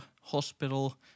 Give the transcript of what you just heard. hospital